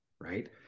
right